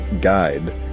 guide